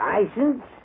License